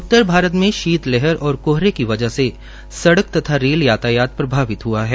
उत्तर भारत में शीत लहर और कोहरे की वजह से सड़क तथा रेल यातायात प्रभावित हआ है